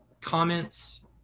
comments